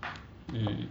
嗯